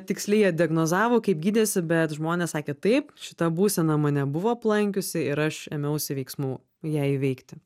tiksliai jie diagnozavo kaip gydėsi bet žmonės sakė taip šita būsena mane buvo aplankiusi ir aš ėmiausi veiksmų jai įveikti